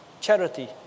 charity